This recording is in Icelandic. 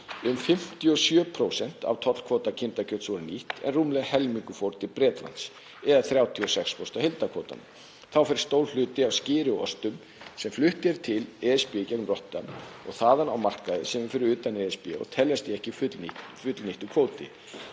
Um 57% af tollkvóta kindakjöts voru nýtt, en rúmlega helmingur fór til Bretlands eða 36% af heildarkvóta. Þá fer stór hluti af skyri og ostum sem flutt er til ESB í gegnum Rotterdam og þaðan á markaði sem eru fyrir utan ESB og teljast því ekki fullnýttur kvóti.